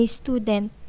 student